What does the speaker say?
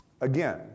Again